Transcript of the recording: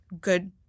good